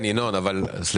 ינון, רק